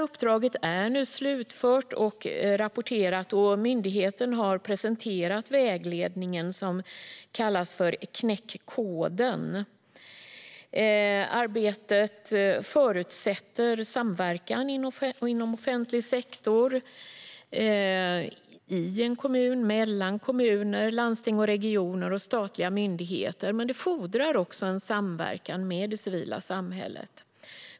Uppdraget är nu slutfört och rapporterat, och myndigheten har presenterat vägledningen, som kallas Knäck koden! Arbetet förutsätter samverkan inom offentlig sektor - i en kommun, mellan kommuner, landsting och regioner och mellan statliga myndigheter. Det fordrar dock även samverkan med det civila samhället.